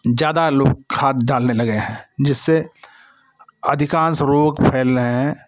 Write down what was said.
ज्यादा लोग खाद डालने लगे हैं जिससे अधिकांश रोग फैल रहे हैं